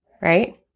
right